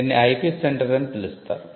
దీనిని IP centre అని పిలుస్తారు